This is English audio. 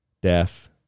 death